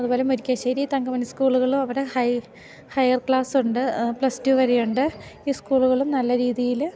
അതു പോലെ മുരിക്കാശ്ശേരി തങ്കമണി സ്കൂളുകളും അവിടെ ഹൈ ഹയർ ക്ലാസ്സുണ്ട് പ്ലസ് ടു വരെയുണ്ട് ഈ സ്കൂളുകളും നല്ല രീതിയിൽ